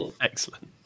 Excellent